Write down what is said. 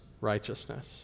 righteousness